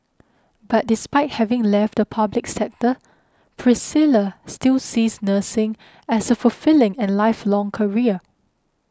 but despite having left the public sector Priscilla still sees nursing as a fulfilling and lifelong career